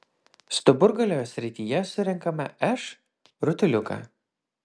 stuburgalio srityje surenkame š rutuliuką